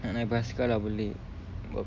nak naik basikal lah balik sebab